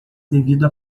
devido